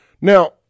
Now